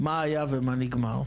מה היה ומה נגמר?